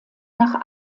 nach